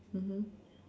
mmhmm